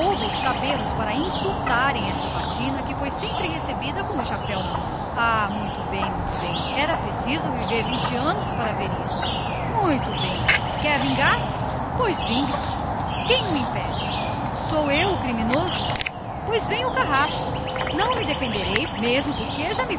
cabelos para insultarem esta batina que foi sempre recebida de chapéu na mão ah muito bem muito bem era preciso viver setenta anos para ver isto muito bem quer vingar-se pois vingue se que lho impede sou eu o criminoso pois venha o carrasco não me defenderei mesmo porque